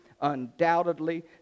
undoubtedly